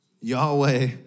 Yahweh